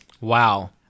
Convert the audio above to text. Wow